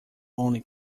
only